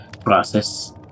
process